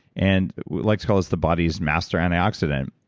and we like to call this the body's master antioxidant,